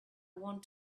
want